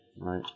right